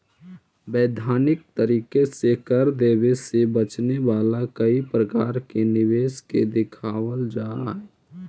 वैधानिक तरीके से कर देवे से बचावे वाला कई प्रकार के निवेश के दिखावल जा हई